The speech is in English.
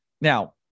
Now